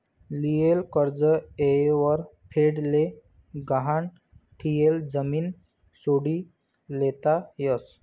लियेल कर्ज येयवर फेड ते गहाण ठियेल जमीन सोडी लेता यस